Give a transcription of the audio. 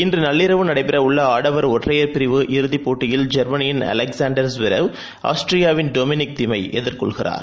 இன்று நள்ளிரவு நடைபெறவுள்ள ஆடவர் ஒற்றையர் பிரிவு இறுதிப் போட்டியில் ஜெர்மளியின் அலெக்சாண்டர் ஸ்வெரேவ் ஆஸ்திரியாவின் டொமினிக் திம் ஐ எதிர்கொள்கிறார்